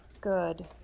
Good